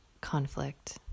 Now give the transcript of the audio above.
conflict